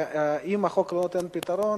ואם החוק לא נותן פתרון,